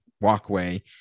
walkway